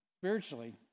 spiritually